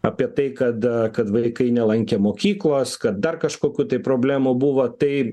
apie tai kad kad vaikai nelankė mokyklos kad dar kažkokių tai problemų buvo tai